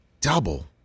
Double